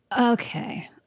Okay